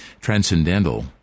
transcendental